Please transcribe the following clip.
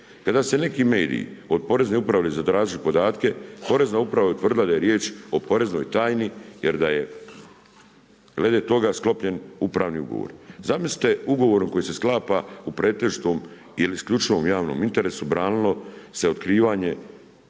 Kada se neki medije od porezne uprave zatražili podatke, porezna uprav je utvrdila da je riječ o poreznoj tajni jer da je glede toga sklopljen upravni ugovor. Zamislite, ugovor koji se sklapa u pretežitom ili isključivom javnom interesu, branilo se otkrivanje